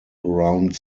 around